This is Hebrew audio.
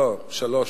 לא, שלוש.